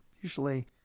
usually